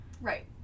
Right